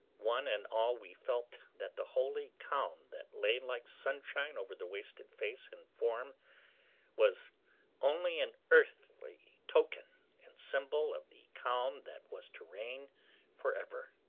one and all we felt that the holy calm that lay like sunshine over the wasted face and form was only an earthly token and symbol of the calm that was to reign for ever.